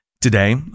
Today